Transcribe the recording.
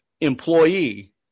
Employee